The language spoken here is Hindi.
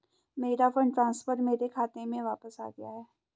मेरा फंड ट्रांसफर मेरे खाते में वापस आ गया है